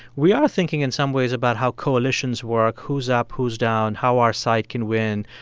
we are thinking in some ways about how coalitions work, who's up, who's down, how our side can win,